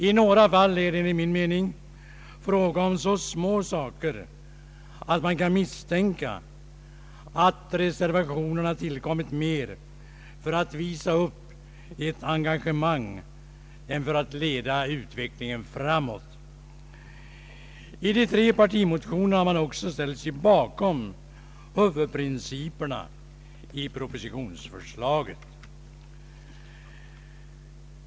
I några fall är det enligt min mening fråga om så små saker att man kan misstänka att reservationerna tillkommit mer för att visa upp ett engagemang än för att leda utvecklingen framåt. I de tre partimotionerna har man också ställt sig bakom huvudprinciperna i propositionsförslaget.